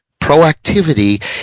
proactivity